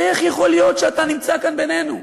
איך יכול להיות שאתה נמצא כאן, בינינו?